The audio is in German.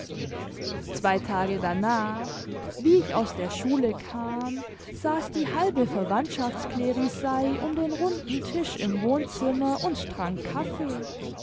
zwei tage danach wie ich aus der schule kam saß die halbe verwandtschaftsklerisei um den runden tisch im wohnzimmer und trank kaffee